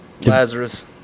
Lazarus